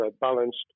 balanced